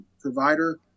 provider